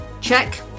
check